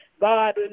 God